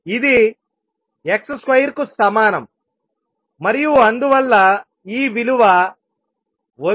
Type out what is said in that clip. ఇది x2 కు సమానం మరియు అందువల్ల ఈ విలువ 02n12m0